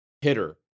hitter